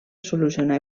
solucionar